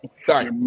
Sorry